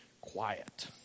quiet